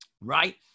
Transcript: right